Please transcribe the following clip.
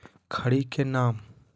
खड़ी के नाम?